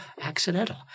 accidental